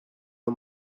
her